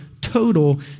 total